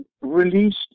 released